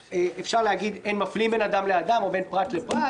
שאפשר להגיד שאין מפלים בין אדם לאדם או בין פרט לפרט.